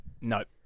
nope